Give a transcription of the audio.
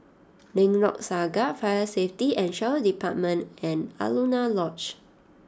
Lengkok Saga Fire Safety and Shelter Department and Alaunia Lodge